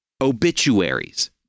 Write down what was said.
obituaries